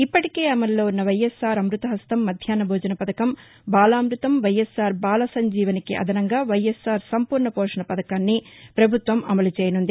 ఇప్పటికే అమలులో ఉన్న వైఎస్సార్ అమృత హస్తం మధ్యాహ్న భోజన పథకం బాలామృతం వైఎస్సార్ బాల సంజీవనికి అదసంగా వైఎస్సార్ సంఫూర్ణ పోషణ పథకాన్ని ప్రభుత్వం అమలు చేయసుంది